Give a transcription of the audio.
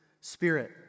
Spirit